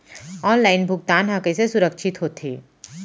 Online भुगतान हा कइसे सुरक्षित होथे?